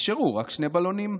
נשארו רק שני בלונים.